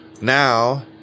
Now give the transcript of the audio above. now